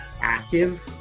active